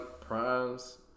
Primes